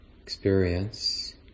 experience